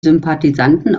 sympathisanten